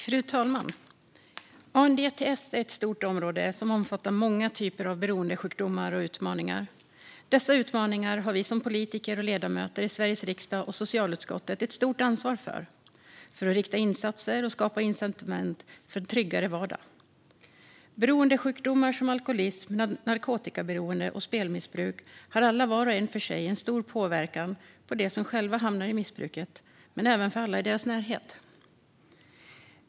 Fru talman! ANDTS är ett stort område som omfattar många typer av beroendesjukdomar och utmaningar. Dessa utmaningar har vi som politiker och ledamöter av Sveriges riksdag och socialutskottet ett stort ansvar för. Det handlar om att rikta insatser och skapa incitament för en tryggare vardag. Beroendesjukdomar som alkoholism, narkotikaberoende och spelmissbruk har alla var och en för sig stor påverkan på dem som hamnar i missbruket - men även på alla i deras närhet.